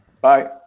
Bye